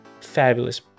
fabulous